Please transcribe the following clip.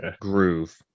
groove